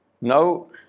Now